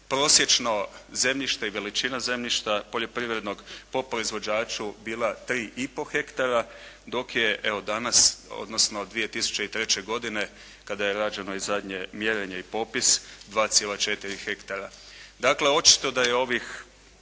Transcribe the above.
prosječno zemljište i veličina zemljišta poljoprivrednog po proizvođaču bila 3 i pol hektara, dok je evo danas, odnosno 2003. godine kada je rađeno i zadnje mjerenje i popis 2,4 ha. Dakle, očito da je ovih